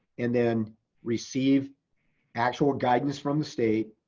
and then receive actual guidance from the state,